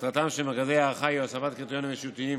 מטרתם של מרכזי ההערכה היא הוספת קריטריונים אישיותיים